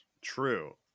true